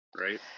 right